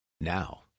Now